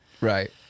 Right